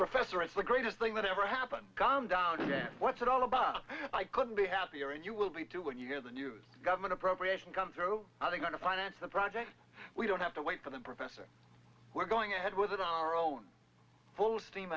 professor is the greatest thing that ever happened come down what's it all about i couldn't be happier and you will be too when you hear the news government appropriation come through are going to finance the project we don't have to wait for the professor we're going ahead with our own full steam